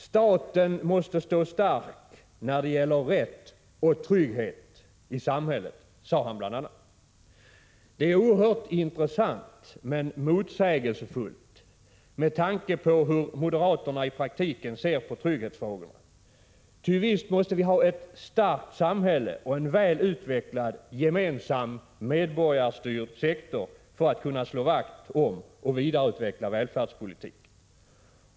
”Staten måste stå stark när det gäller värnet av rätt och trygghet i landet”, sade han bl.a. Detta är oerhört intressant — men det är motsägelsefullt med tanke på hur moderaterna i praktiken ser på trygghetsfrågorna. Ty visst måste vi ha ett starkt samhälle och en väl utvecklad gemensam, medborgarstyrd sektor för att kunna slå vakt om och vidareutveckla välfärdspolitiken.